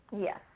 Yes